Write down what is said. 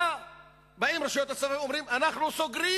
באות רשויות הצבא ואומרות: אנחנו סוגרים